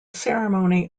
ceremony